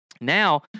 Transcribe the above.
now